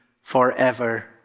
forever